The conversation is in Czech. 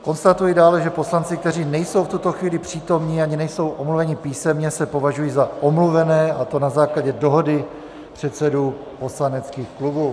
Konstatuji dále, že poslanci, kteří nejsou v tuto chvíli přítomni ani nejsou omluveni písemně, se považují za omluvené, a to na základě dohody předsedů poslaneckých klubů.